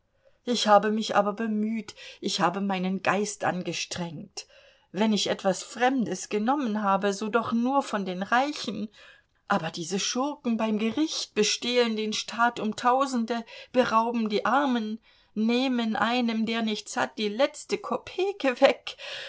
ich habe mich aber bemüht ich habe meinen geist angestrengt wenn ich etwas fremdes genommen habe so doch nur von den reichen aber diese schurken beim gericht bestehlen den staat um tausende berauben die armen nehmen einem der nichts hat die letzte kopeke weg